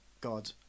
god